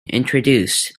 introduced